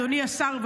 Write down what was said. אדוני השר,